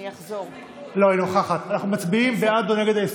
סמי אבו שחאדה, סונדוס